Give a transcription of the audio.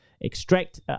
extract